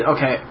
Okay